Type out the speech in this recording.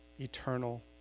eternal